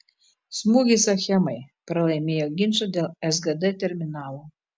smūgis achemai pralaimėjo ginčą dėl sgd terminalo